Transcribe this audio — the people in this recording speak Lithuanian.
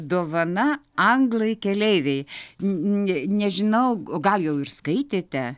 dovana anglai keleiviai ne nežinau gal jau ir skaitėte